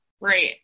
Right